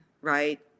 right